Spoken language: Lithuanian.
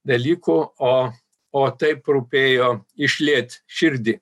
dalykų o o taip rūpėjo išlieti širdį